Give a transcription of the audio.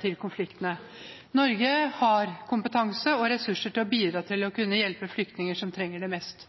til konfliktene. Norge har kompetanse og ressurser til å bidra til å kunne hjelpe flyktninger som trenger det mest.